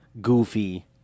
goofy